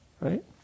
right